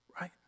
right